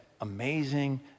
amazing